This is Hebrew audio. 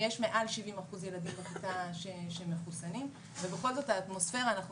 ויש מעל 70 אחוזים ילדים בכיתה שמחוסנים ובכל זאת האטמוספרה אנחנו